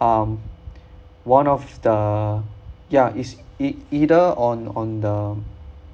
um one of the ya is e~ either on on the